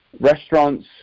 restaurants